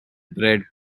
bread